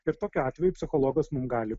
ir tokiu atveju psichologas mums gali